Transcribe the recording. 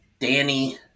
Danny